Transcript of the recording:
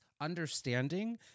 understanding